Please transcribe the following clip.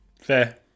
Fair